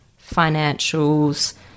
financials